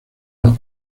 los